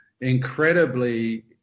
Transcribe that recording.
incredibly